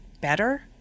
better